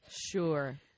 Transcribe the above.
Sure